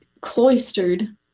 cloistered